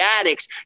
addicts